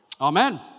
Amen